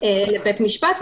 לבית המשפט.